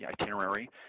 itinerary